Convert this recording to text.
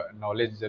knowledge